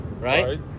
Right